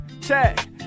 check